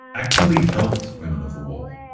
actually helped women of the wall.